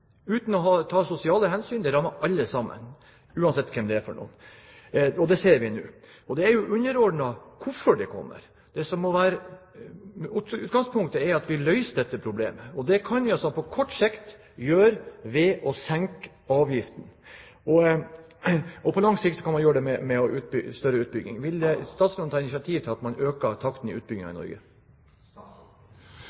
uten å ta sosiale hensyn. De rammer alle sammen, uansett hvem de er. Det ser vi nå. Det er underordnet hvorfor de kommer. Utgangspunktet må være at vi løser dette problemet, og det kan vi på kort sikt gjøre ved å senke avgiften. På lang sikt kan vi gjøre det ved større utbygging. Vil statsråden ta initiativ til at man øker takten i utbyggingen i